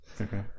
Okay